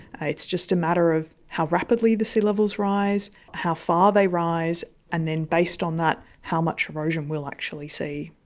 ah it's just a matter of how rapidly the sea levels rise, how far they rise and then, based on that, how much erosion we will actually see.